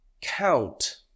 count